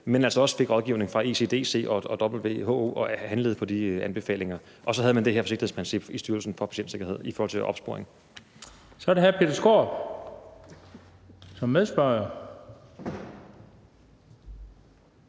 over at de også fik rådgivning fra ECDC og WHO og handlede på de anbefalinger. Og så havde man det her forsigtighedsprincip i Styrelsen for Patientsikkerhed i forhold til opsporing. Kl. 14:25 Den fg. formand (Bent